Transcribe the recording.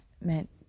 meant